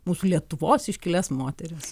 mūsų lietuvos iškilias moteris